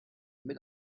mit